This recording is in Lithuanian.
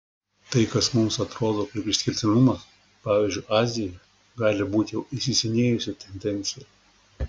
tai kas mums atrodo kaip išskirtinumas pavyzdžiui azijoje gali būti jau įsisenėjusi tendencija